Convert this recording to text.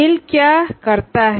tell क्या करता है